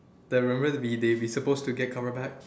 the remember we they we supposed to get cover back